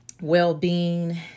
well-being